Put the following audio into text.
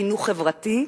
חינוך חברתי,